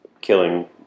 killing